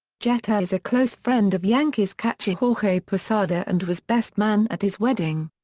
jeter is a close friend of yankees catcher jorge posada and was best man at his wedding.